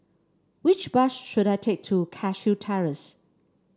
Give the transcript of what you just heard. which bus should I take to Cashew Terrace